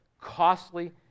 costly